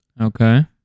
Okay